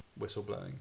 whistleblowing